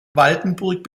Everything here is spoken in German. waldenburg